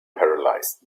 paralysed